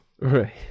Right